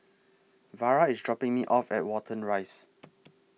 Vara IS dropping Me off At Watten Rise